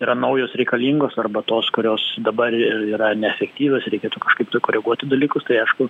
yra naujos reikalingos arba tos kurios dabar ir yra neefektyvios reikėtų kažkaip tai koreguoti dalykus tai aišku